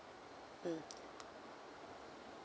mm